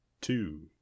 two